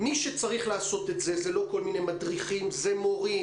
מי שצריך לעשות את זה זה לא כל מיני מדריכים אלא מורים,